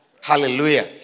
hallelujah